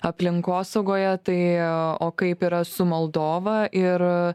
aplinkosaugoje tai o kaip yra su moldova ir